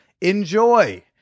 Enjoy